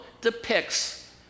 depicts